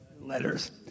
Letters